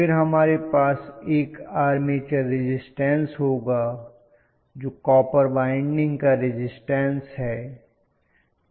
फिर हमारे पास एक आर्मेचर रिज़िस्टन्स होगा जो कॉपर वाइंडिंग का रिज़िस्टन्स है जो आर्मेचर में है